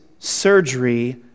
Surgery